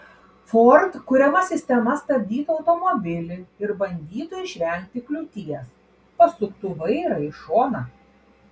ford kuriama sistema stabdytų automobilį ir bandytų išvengti kliūties pasuktų vairą į šoną